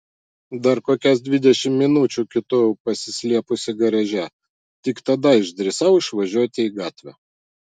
dar kokias dvidešimt minučių kiūtojau pasislėpusi garaže tik tada išdrįsau išvažiuoti į gatvę